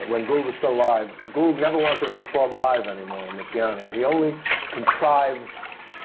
when gould was still alive. gould never wanted to perform alive anymore, on the piano. he only contrived